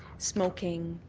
smoking,